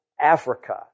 Africa